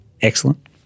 excellent